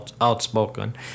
outspoken